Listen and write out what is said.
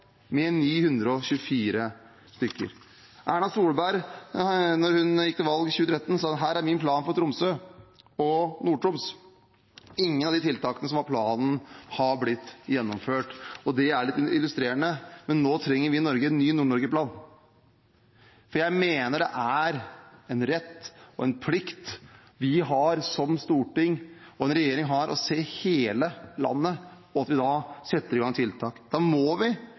med 924 stykker. Erna Solberg sa da hun gikk til valg i 2013: Her er min plan for Tromsø og Nord-Troms. Ingen av de tiltakene som var planen, har blitt gjennomført, og det er litt illustrerende. Nå trenger vi i Norge en ny Nord-Norge-plan. Jeg mener det er en rett og en plikt vi har som storting og regjering å se hele landet, og at vi setter i gang tiltak. Da må vi